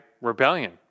rebellion